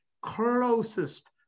closest